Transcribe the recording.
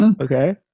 Okay